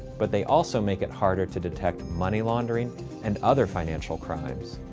but they also make it harder to detect money laundering and other financial crimes.